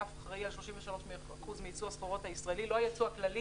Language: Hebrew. הענף אחראי על 33% מייצוא הסחורות הישראלית לא הייצוא הכלכלי,